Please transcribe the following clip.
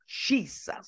Jesus